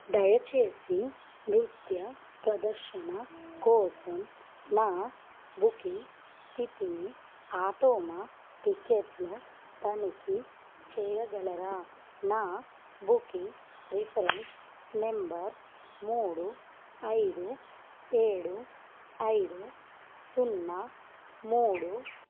దయచేసి నృత్య ప్రదర్శన కోసం నా బుకింగ్ స్థితిని ఆటోమ టిక్కెట్లు తనిఖీ చెయ్యగలరా నా బుకింగ్ రిఫరెన్స్ నంబర్ మూడు ఐదు ఏడు ఐదు సున్నా మూడు